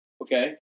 okay